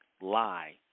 lie